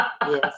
yes